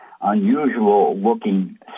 unusual-looking